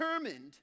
determined